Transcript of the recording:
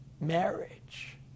marriage